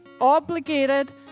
obligated